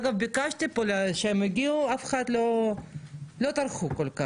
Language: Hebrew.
אגב, ביקשתי שהם יגיעו, הם לא כל כך טרחו.